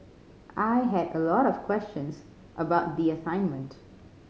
I had a lot of questions about the assignment